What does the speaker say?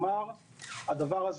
אמרנו שכאשר נגיע לניסוחים נתייחס לזה.